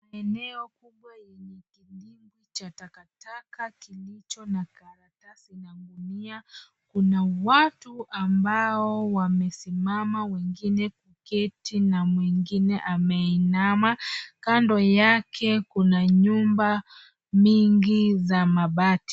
Eneo kubwa yenye kidimbwi cha takataka kilicho na karatasi na ngunia. Kuna watu ambao wamesimama wengine kuketi na mwingine ameinama. Kando yake kuna nyumba mingi za mabati.